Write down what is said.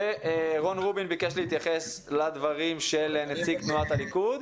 רון רובין ביקש להתייחס לדברים של נציג תנועת הליכוד.